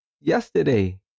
yesterday